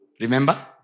Remember